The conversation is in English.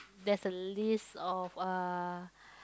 there's a list of uh